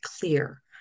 clear